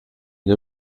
une